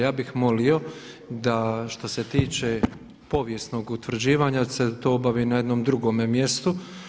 Ja bih molio da što se tiče povijesnog utvrđivanja se to obavi na jednom drugome mjestu.